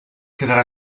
quedarà